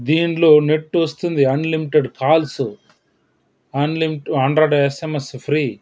దీనిలో నెట్ వస్తుంది unlimited calls unlimited అన్రడ్ ఎస్ఎంఎస్ ఫ్రీ